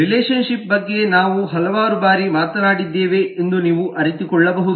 relation ship ಬಗ್ಗೆ ನಾವು ಹಲವಾರು ಬಾರಿ ಮಾತನಾಡಿದ್ದೇವೆ ಎಂದು ನೀವು ಅರಿತುಕೊಳ್ಳಬಹುದು